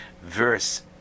verse